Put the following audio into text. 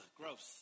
gross